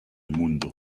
mundo